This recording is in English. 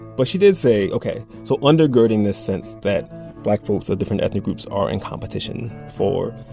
but she did say, ok, so undergirding this sense that black folks of different ethnic groups are in competition for,